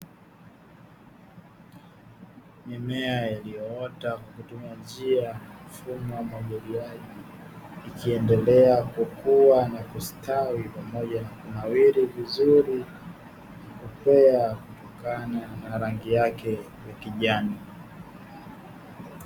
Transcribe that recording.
Mimea iliyo ota kwa kutumia njia ya mfumo wa umwagiliaji, ikiendelea kukua na kusitawi pamoja na kunawiri vizuri na kukua kutokana na rangi yake ya kijani.